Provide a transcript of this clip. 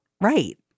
right